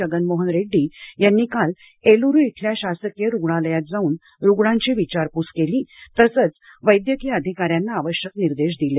जगन मोहन रेड्डी यांनी काल एलुरु इथल्या शासकीय रुग्णालयात जाऊन रुग्णांची विचारपूस केली तसच वैद्यकीय अधिकार्यांना आवश्यक निर्देश दिले